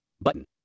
button